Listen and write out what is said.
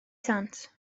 sant